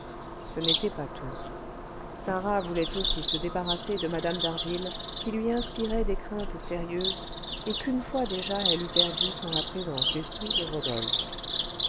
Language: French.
ce n'était pas tout sarah voulait aussi se débarrasser de mme d'harville qui lui inspirait des craintes sérieuses et qu'une fois déjà elle eût perdue sans la présence d'esprit de rodolphe